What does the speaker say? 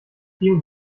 vielen